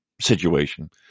situation